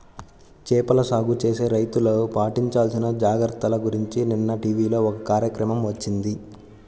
చేపల సాగు చేసే రైతులు పాటించాల్సిన జాగర్తల గురించి నిన్న టీవీలో ఒక కార్యక్రమం వచ్చింది